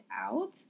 out